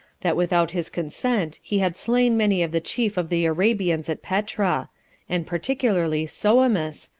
that without his consent he had slain many of the chief of the arabians at petra and particularly soemus,